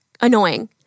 annoying